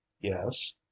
Yes